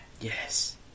Yes